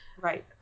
Right